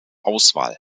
auswahl